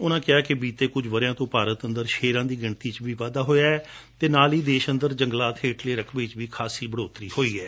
ਉਨ੍ਨਾਂ ਕਿਹਾ ਕਿ ਬੀਤੇ ਕੁਝ ਵਰ੍ਹਿਆਂ ਤੋ ਭਾਰਤ ਅੰਦਰ ਸ਼ੇਰਾਂ ਦੀ ਗਿਣਤੀ ਵਿਚ ਵੀ ਵਾਧਾ ਹੋਇਐ ਅਤੇ ਨਾਲ ਹੀ ਦੇਸ਼ ਅੰਦਰ ਜੰਗਲਾਤ ਹੇਠਲੇ ਰਕਬੇ ਵਿਚ ਵੀ ਖਾਸੀ ਬੜੋਤਰੀ ਹੋਈ ਹੈ